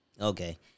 Okay